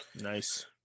nice